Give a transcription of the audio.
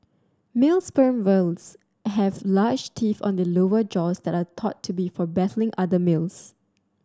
male sperm whales have large teeth on the lower jaws that are thought to be for battling other males